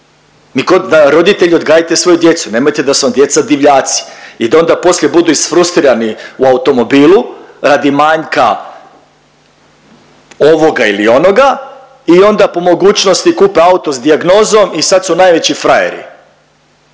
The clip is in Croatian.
mi ko, roditelji odgajajte svoju djecu, nemojte da su vam djeca divljaci i da onda poslije budu izfrustrirani u automobilu radi manjka ovoga ili onoga i onda po mogućnosti kupe auto s dijagnozom i sad su najveći frajeri,